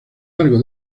largo